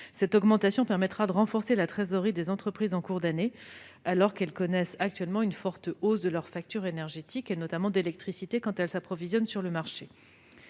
Cette augmentation permettra de renforcer en cours d'année la trésorerie des entreprises, alors que ces dernières connaissent actuellement une forte hausse de leur facture énergétique, notamment d'électricité, quand elles s'approvisionnent sur le marché.